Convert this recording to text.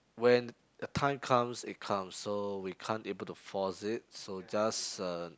when the time comes it comes so we can't able to force it so just uh